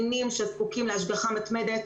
קטינים שזקוקים להשגחה מתמדת,